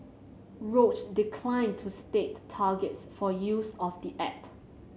Roche declined to state targets for use of the app